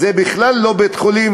זה בכלל לא בית-חולים,